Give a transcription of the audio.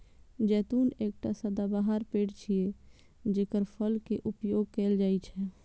जैतून एकटा सदाबहार पेड़ छियै, जेकर फल के उपयोग कैल जाइ छै